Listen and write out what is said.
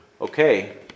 okay